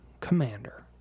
commander